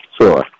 sure